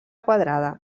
quadrada